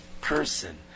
person